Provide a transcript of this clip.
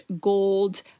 gold